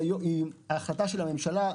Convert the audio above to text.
היא בעיניי החלטת הממשלה,